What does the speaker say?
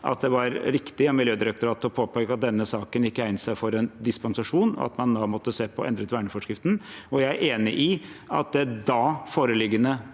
at det var riktig av Miljødirektoratet å påpeke at denne saken ikke egnet seg for en dispensasjon, og at man da måtte se på å endre verneforskriften, og jeg er enig i at det da foreliggende